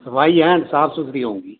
ਸਫ਼ਾਈ ਐਨ ਸਾਫ਼ ਸੁਥਰੀ ਹੋਵੇਗੀ